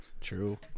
True